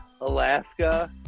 Alaska